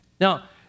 Now